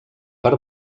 per